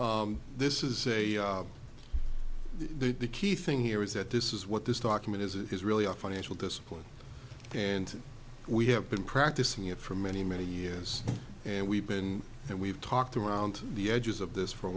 done this is a the key thing here is that this is what this document is it is really a financial discipline and we have been practicing it for many many years and we've been and we've talked around the edges of this for a